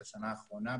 השנה האחרונה,